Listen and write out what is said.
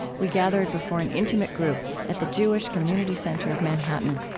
we gathered before an intimate group at the jewish community center of manhattan